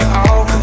out